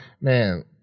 man